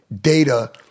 data